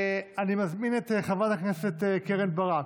אני מזמין את חברת הכנסת קרן ברק,